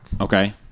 okay